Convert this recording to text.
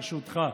ברשותך.